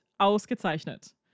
ausgezeichnet